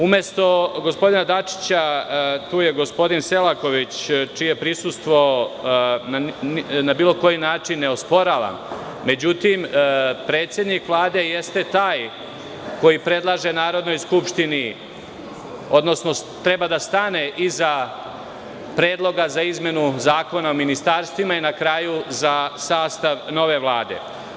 Umesto gospodina Dačića tu je gospodin Selaković, čije prisustvo na bilo koji način ne osporavam, međutim, predsednik Vlade jeste taj koji predlaže Narodnoj skupštini, odnosno treba da stane iza predloga za izmenu Zakona o ministarstvima i na kraju za sastav nove Vlade.